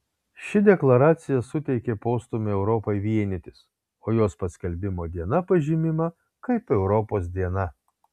ši deklaracija suteikė postūmį europai vienytis o jos paskelbimo diena pažymima kaip europos diena